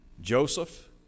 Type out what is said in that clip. Joseph